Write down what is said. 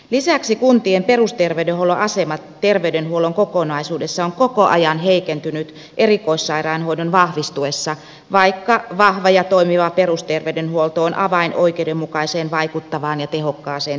lisäksi kuntien perusterveydenhuollon asema terveydenhuollon kokonaisuudessa on koko ajan heikentynyt erikoissairaanhoidon vahvistuessa vaikka vahva ja toimiva perusterveydenhuolto on avain oikeudenmukaiseen vaikuttavaan ja tehokkaaseen terveydenhuoltoon